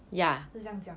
是这样讲